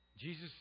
Jesus